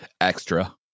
extra